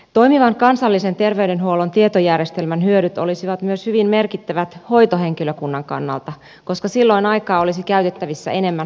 toimivan kansallisen terveydenhuollon tietojärjestelmän hyödyt olisivat myös hyvin merkittävät hoitohenkilökunnan kannalta koska silloin aikaa olisi käytettävissä enemmän hoitotyöhön